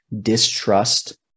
distrust